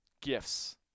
gifts